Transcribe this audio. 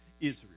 Israel